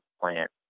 plant